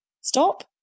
stop